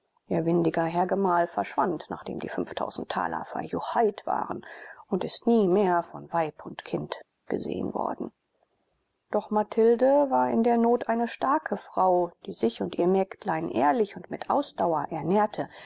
windiger herr gemahl verschwand nachdem die taler verjuchheit waren und ist nie mehr von weib und kind gesehen worden doch mathilde war in der not eine starke frau die sich und ihr mägdlein ehrlich und mit ausdauer ernährte